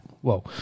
Whoa